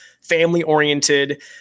family-oriented